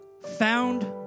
found